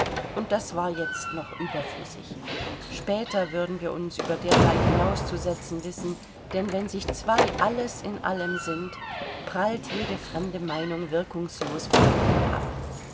und das war jetzt noch überflüssig später würden wir uns über derlei hinauszusetzen wissen denn wenn sich zwei alles in allem sind prallt jede fremde meinung wirkungslos von ihnen ab